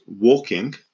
walking